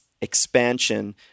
expansion